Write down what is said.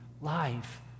life